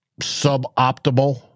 suboptimal